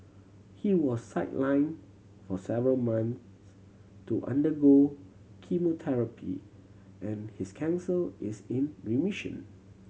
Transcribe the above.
he was sidelined for several months to undergo chemotherapy and his cancer is in remission